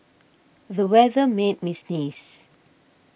the weather made me sneeze